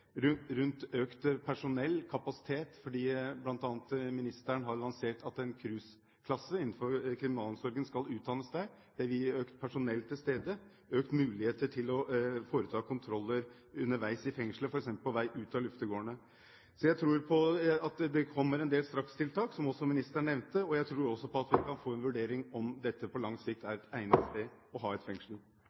økt personell, økt kapasitet – bl.a. har ministeren lansert at en KRUS-klasse skal utdannes innenfor kriminalomsorgen. Det vil gi økt personell til stede og økte muligheter til å foreta kontroller underveis i fengslet, f.eks. på vei ut til luftegårdene. Så jeg tror på at det kommer en del strakstiltak, som også ministeren nevnte, og jeg tror også på at vi kan få en vurdering av om dette på lang sikt er et egnet sted å ha et fengsel.